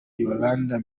yolanda